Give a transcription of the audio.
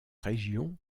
région